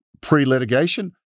pre-litigation